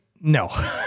no